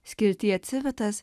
skiltyje civitas